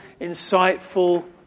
insightful